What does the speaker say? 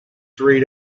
three